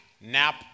Nap